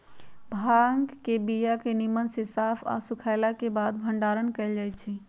भांग के बीया के निम्मन से साफ आऽ सुखएला के बाद भंडारण कएल जाइ छइ